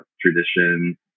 tradition